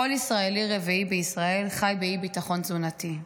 כל ישראלי רביעי בישראל חי באי-ביטחון תזונתי.